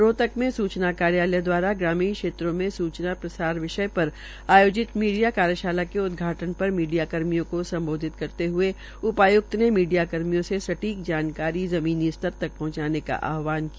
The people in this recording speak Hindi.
रोहतक में सुचना कार्यलय दवारा ग्रामीण क्षेत्रों में सुचना प्रसार विषय पर आयोजित मीडिया कार्यशाला के उदधाटन पर मीडिया कर्मियों को सम्बोधित करते हए उपाय्क्त ने मीडिया कर्मियों से स्टीक जानकारी ज़मीनी स्तर तक पहुंचाने का आहवान किया